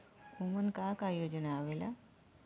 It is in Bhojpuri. उमन का का योजना आवेला?